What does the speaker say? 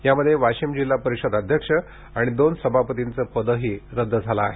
यामध्ये वाशीम जिल्हा परिषद अध्यक्ष आणि दोन सभापतींचे पदही रद्द झालं आहे